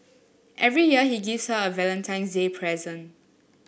every year he gives her a Valentine's Day present